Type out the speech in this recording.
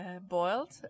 boiled